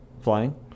Flying